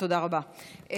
תודה רבה.